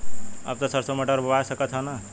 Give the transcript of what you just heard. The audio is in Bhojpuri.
अब त सरसो मटर बोआय सकत ह न?